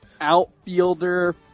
outfielder